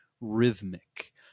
rhythmic